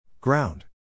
Ground